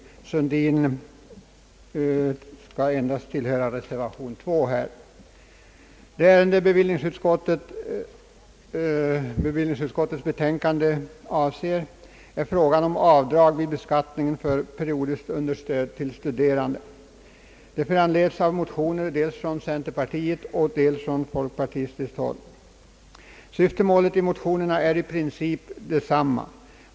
Herr Sundin skall nämligen endast stå som reservant under reservation 2. Det ärende som bevillningsutskottets betänkande avser gäller frågan om avdrag vid beskattningen för periodiskt understöd till studerande. Det föranleds av motioner dels från centerpartiet, dels från folkpartiet. Syftemålet i motionerna är i princip detsamma.